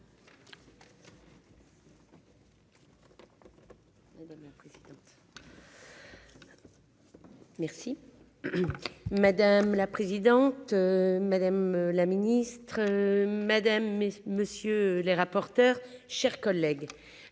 madame la présidente, madame la ministre madame et monsieur les rapporteurs, chers collègues,